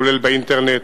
כולל באינטרנט,